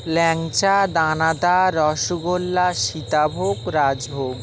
ল্যাংচা danadar rasgulla sitabhog rajbhog